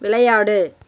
விளையாடு